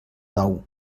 nou